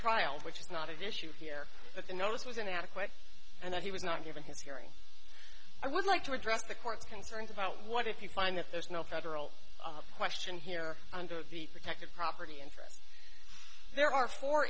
trial which is not an issue here but the notice was inadequate and that he was not given his hearing i would like to address the court's concerns about what if you find that there is no federal question here under the protective property interest there are fo